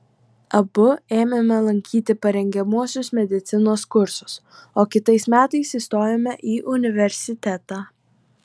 abu ėmėme lankyti parengiamuosius medicinos kursus o kitais metais įstojome į universitetą